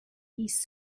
he’s